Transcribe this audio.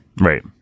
Right